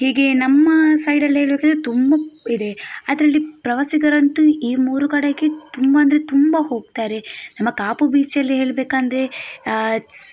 ಹೀಗೆ ನಮ್ಮ ಸೈಡಲ್ಲಿ ಹೇಳಬೇಕಂದ್ರೆ ತುಂಬ ಇದೆ ಅದರಲ್ಲಿ ಪ್ರವಾಸಿಗರಂತೂ ಈ ಮೂರು ಕಡೆಗೆ ತುಂಬ ಅಂದರೆ ತುಂಬ ಹೋಗ್ತಾರೆ ನಮ್ಮ ಕಾಪು ಬೀಚಲ್ಲಿ ಹೇಳಬೇಕಂದ್ರೆ ಸಿ